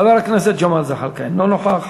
חבר הכנסת ג'מאל זחאלקה, אינו נוכח.